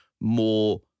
more